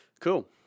cool